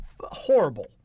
horrible